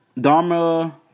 Dharma